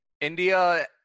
India